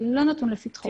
זה לא נתון לפתחו,